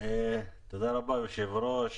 אדוני היושב-ראש,